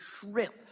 shrimp